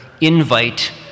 invite